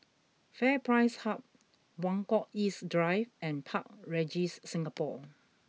FairPrice Hub Buangkok East Drive and Park Regis Singapore